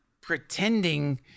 pretending